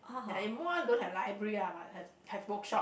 ya in Muar don't have library ah but have have bookshop